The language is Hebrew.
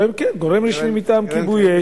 כן, גורם רשמי מטעם כיבוי אש.